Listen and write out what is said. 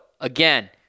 again